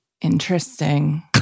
Interesting